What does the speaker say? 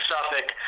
Suffolk